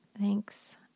Thanks